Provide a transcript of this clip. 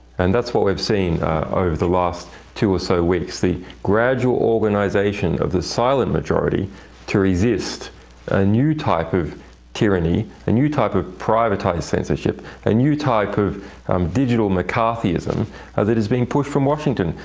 and that's what we've seen over the last two or so weeks the gradual organization of the silent majority to resist a new type of tyranny, a new type of privatized censorship, a and new type of digital mccarthyism that is being pushed from washington.